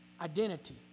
Identity